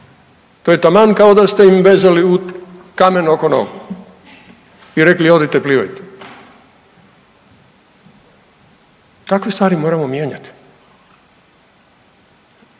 To je taman kao da ste im vezali kamen oko nogu i rekli, odite, plivajte. Takve stvari moramo mijenjati.